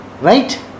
right